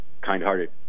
kind-hearted